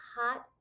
Hot